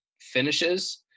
finishes